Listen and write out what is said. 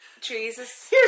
Jesus